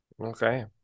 okay